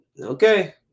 okay